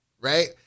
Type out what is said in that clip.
Right